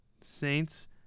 Saints